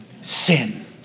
Sin